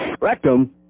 rectum